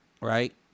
Right